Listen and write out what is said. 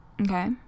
okay